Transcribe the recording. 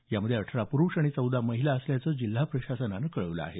यामध्ये अठरा पुरूष आणि चौदा महिला असल्याचं जिल्हा प्रशासनानं कळवलं आहे